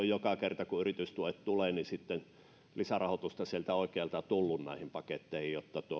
joka kerta kun yritystuet tulevat ja sitten lisärahoitusta sieltä oikealta on tullut näihin paketteihin